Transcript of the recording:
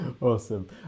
Awesome